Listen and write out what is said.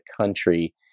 country